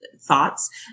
thoughts